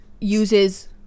Uses